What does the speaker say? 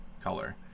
color